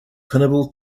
pinnable